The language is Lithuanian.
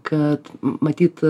kad matyt